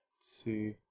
see